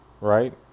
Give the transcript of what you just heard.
Right